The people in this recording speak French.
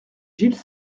gilles